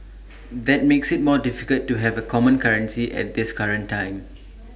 that makes IT more difficult to have A common currency at this current time